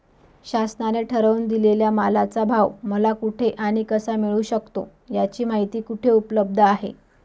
शासनाने ठरवून दिलेल्या मालाचा भाव मला कुठे आणि कसा मिळू शकतो? याची माहिती कुठे उपलब्ध आहे?